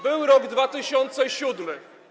Był rok 2007.